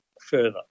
further